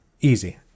Easy